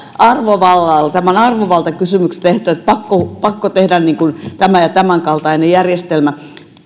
arvovallalla tämä on arvovaltakysymykseksi tehty että pakko tehdä tämän ja tämän kaltainen järjestelmä